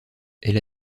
elle